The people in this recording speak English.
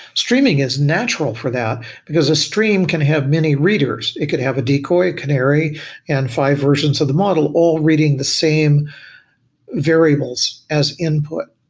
streaming is natural for that because the stream can have many readers. it could have a decoy, canary and five versions of the model all reading the same variables as input.